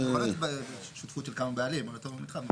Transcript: לא, יכול להיות שותפות של כמה בעלים על אותו מתחם.